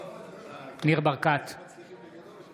אינו נוכח משה ארבל, אינו נוכח יעקב אשר,